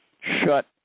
shut